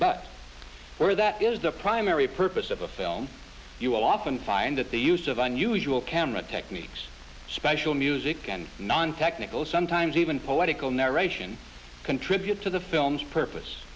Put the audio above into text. but where that is the primary purpose of a film you often find that the use of unusual camera techniques special music and non technical sometimes even poetical narration contribute to the film's purpose